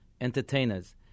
entertainers